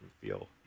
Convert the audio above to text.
feel